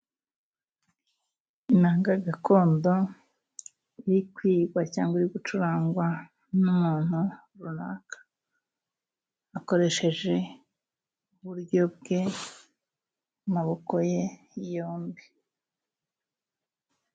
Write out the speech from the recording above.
Inanga gakondo iri kwigwa cyangwa uri gucurangwa n'umuntu runaka, akoresheje uburyo bwe amaboko ye yombi.